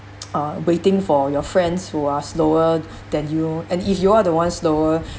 uh waiting for your friends who are slower than you and if you are the one slower